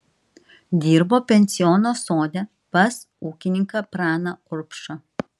dirbo pensiono sode pas ūkininką praną urbšą